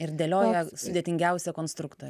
ir dėlioja sudėtingiausią konstruktorių